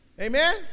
Amen